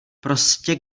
prostě